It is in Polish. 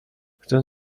chcę